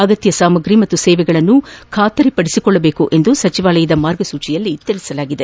ಅಗತ್ತ ಸಾಮಗ್ರಿ ಮತ್ತು ಸೇವೆಗಳನ್ನು ಖಾತ್ರಿಪಡಿಸಿಕೊಳ್ಳಬೇಕು ಎಂದು ಸಚಿವಾಲಯ ಮಾರ್ಗಸೂಚಿಯಲ್ಲಿ ತಿಳಿಸಿದೆ